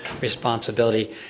responsibility